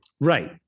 right